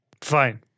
Fine